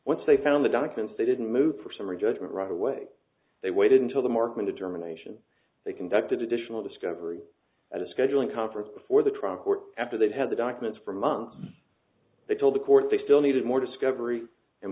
once they found the doctrines they didn't move for summary judgment right away they waited until the market determination they conducted additional discovery at a scheduling conference before the trial court after they'd had the documents for months they told the court they still needed more discovery and